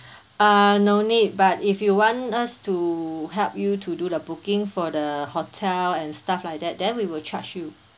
uh no need but if you want us to help you to do the booking for the hotel and stuff like that then we will charge you